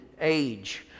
age